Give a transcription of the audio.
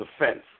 defense